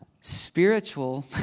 Spiritual